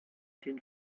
den